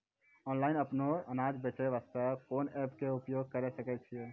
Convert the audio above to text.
Online अपनो अनाज बेचे वास्ते कोंन एप्प के उपयोग करें सकय छियै?